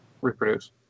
reproduce